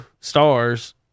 stars